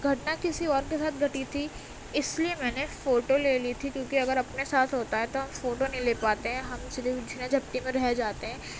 گھٹنا کسی اور کے ساتھ گھٹی تھی اس لیے میں نے فوٹو لے لی تھی کیونکہ اگر اپنے ساتھ ہوتا ہے تو ہم فوٹو نہیں لے پاتے ہیں ہم صرف چھینا جھپٹی میں رہ جاتے ہیں